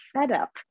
setup